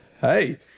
Hey